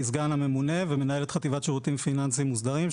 אני סגן הממונה ומנהל את חטיבת השירותים הפיננסיים המוסדרים,